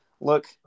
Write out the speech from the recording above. look